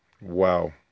Wow